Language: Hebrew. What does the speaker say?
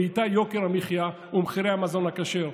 ואיתה יוקר המחיה ומחירי המזון הכשר.